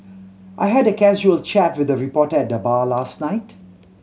I had a casual chat with a reporter at the bar last night